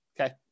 Okay